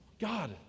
God